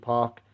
Park